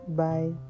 bye